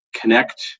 connect